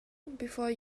before